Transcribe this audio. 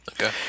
Okay